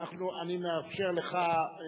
אני מאפשר לך,